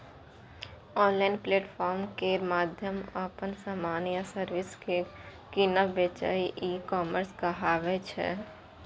online platform केर माध्यमसँ अपन समान या सर्विस केँ कीनब बेचब ई कामर्स कहाबै छै